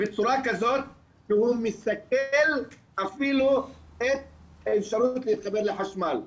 בצורה כזאת שהוא מסכל אפילו את האפשרות להתחבר לחשמל.